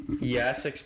Yes